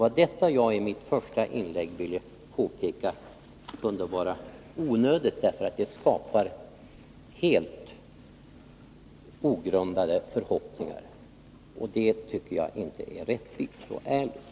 Jag ville i mitt första inlägg påpeka att detta kunde vara onödigt, därför att det skapar helt ogrundade förhoppningar, och det tycker jag inte är rättvist och ärligt.